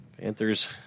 Panthers